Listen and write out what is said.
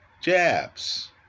jabs